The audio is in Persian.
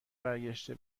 برگشته